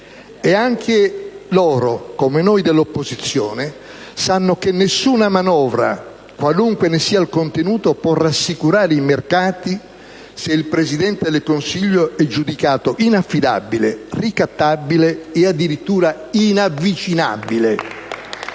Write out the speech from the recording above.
e anche loro, come noi dell'opposizione, sanno che nessuna manovra, qualunque ne sia il contenuto, può rassicurare i mercati se il Presidente del Consiglio è giudicato inaffidabile, ricattabile e addirittura inavvicinabile.